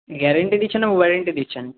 guarantee দিচ্ছেন না warranty দিচ্ছেন